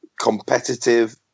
competitive